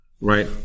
right